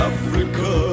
Africa